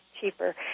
cheaper